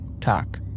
talk